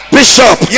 Bishop